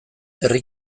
herri